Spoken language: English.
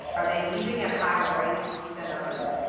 are they leaving at higher rates than others?